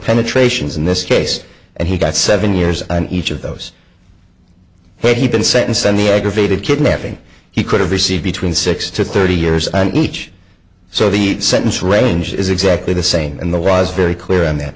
penetrations in this case and he got seven years on each of those had he been sentenced on the aggravated kidnapping he could have received between six to thirty years on each so the sentence range is exactly the same and the was very clear on that